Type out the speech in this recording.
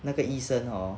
那个医生 hor